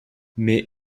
mais